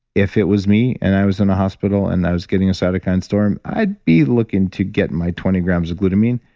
if it was me, and i was in a hospital, and i was getting a cytokine storm, i'd be looking to get my twenty grams of glutamine,